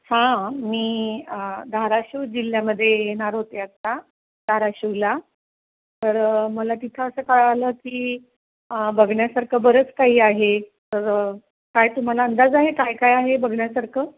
हां मी धाराशिव जिल्ह्यामध्ये येणार होते आता धाराशिवला तर मला तिथं असं कळलं की बघण्यासारखं बरंच काही आहे तर काय तुम्हाला अंदाज आहे काय काय आहे बघण्यासारखं